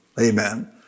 Amen